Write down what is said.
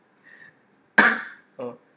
oh